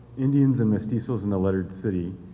indians and mestizos in the lettered city,